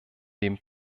dem